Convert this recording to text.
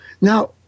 Now